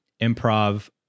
improv